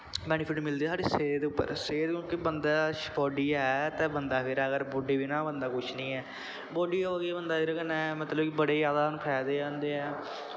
जैदा बैनिफिट मिलदे साढ़ी सेह्त उप्पर सेह्त हून कि बंदा बॉडी ऐ ते बंदा ऐ ते बॉडी बिना बंदा कुश बी निं ऐ बॉडी केह् होंदा एह्दे कन्नैं मतलव कि बड़े जैदा फाइदे होंदे ऐ